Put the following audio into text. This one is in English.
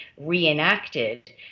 reenacted